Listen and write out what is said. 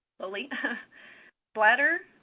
slowly and bladder,